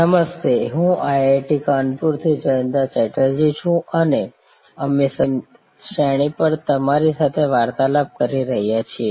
વર્તમાન સેવા સાથે નવી સેવા ડિઝાઇન નમસ્તે હું IIT કાનપુરથી જયંતા ચેટર્જી છું અને અમે સત્ર ની શ્રેણી પર તમારી સાથે વાર્તાલાપ કરી રહ્યા છીએ